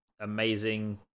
amazing